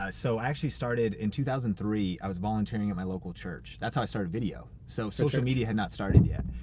i so actually started in two thousand and three, i was volunteering at my local church. that's how i started video. so social media had not started yet.